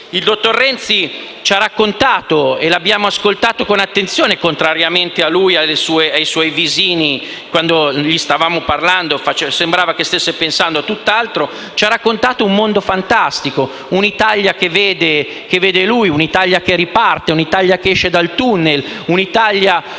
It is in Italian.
Il dottor Renzi ci ha raccontato - e lo abbiamo ascoltato con attenzione, contrariamente a lui, che con i suoi visini, quando gli stavamo parlando, sembrava pensare a tutt'altro - un mondo fantastico, un'Italia che vede lui: un'Italia che riparte, un'Italia che esce dal tunnel, un'Italia